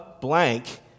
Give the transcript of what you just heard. blank